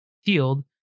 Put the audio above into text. healed